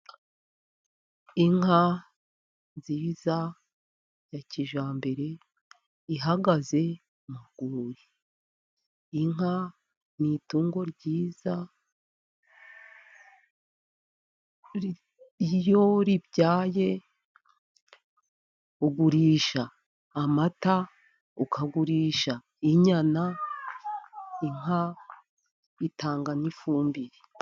Inka nziza ya kijyambere ihagaze mu rwuri. Inka ni itungo ryiza iyo ribyaye ugurisha amata , ukagurisha inyana, inka itanga n'ifumbire.